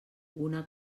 una